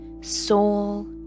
soul